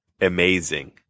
amazing